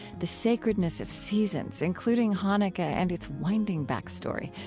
the sacredness of seasons, including hanukkah and its winding backstory,